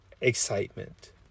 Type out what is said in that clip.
excitement